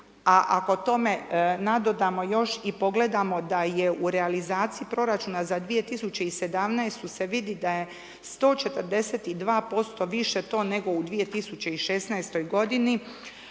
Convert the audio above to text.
a ako tome nadodamo još i pogledamo da je u realizaciji proračuna za 2017. se vidi da je 142% više to nego u 2016. godini,